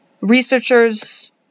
researchers